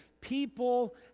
people